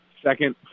second